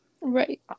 right